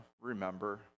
remember